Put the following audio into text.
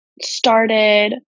started